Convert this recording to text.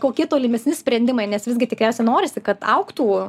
kokie tolimesni sprendimai nes visgi tikriausia norisi kad augtų